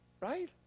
right